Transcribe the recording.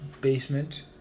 basement